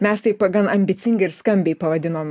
mes taip gan ambicingai ir skambiai pavadinom